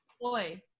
Boy